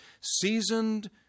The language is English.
seasoned